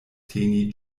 teni